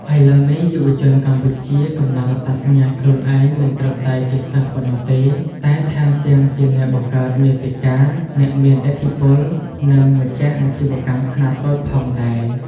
ឥឡូវនេះ យុវជនកម្ពុជាកំណត់អត្តសញ្ញាណខ្លួនឯងមិនត្រឹមតែជាសិស្សប៉ុណ្ណោះទេ តែថែមទាំងជាអ្នកបង្កើតមាតិកា អ្នកមានឥទ្ធិពល និងម្ចាស់អាជីវកម្មខ្នាតតូចផងដែរ។